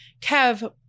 Kev